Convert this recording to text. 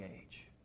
age